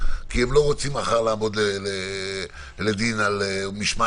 כי הם לא רוצים מחר לעמוד לדין משמעתי